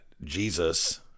Jesus